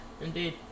indeed